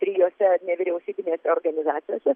trijose nevyriausybinėse organizacijose